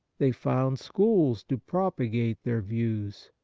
they found schools to propagate their views,